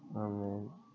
ah man